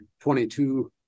22